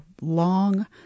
long